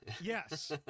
Yes